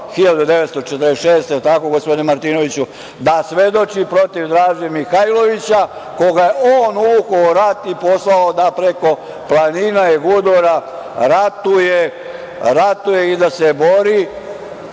jel tako gospodine Martinoviću, da svedoči protiv Draže Mihajlovića koga je on uvukao u rat i poslao da preko planina i gudura ratuje i da se bori,